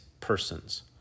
persons